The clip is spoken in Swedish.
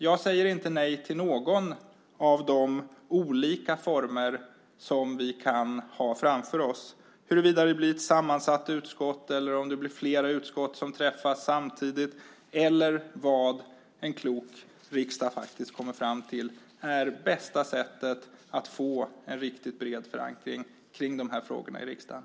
Jag säger inte nej till någon av de olika former som vi kan ha framför oss - om det nu blir ett sammansatt utskott, flera utskott som träffas samtidigt eller vad en klok riksdag faktiskt kommer fram till är bästa sättet att få en riktigt bred förankring för dessa frågor i riksdagen.